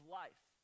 life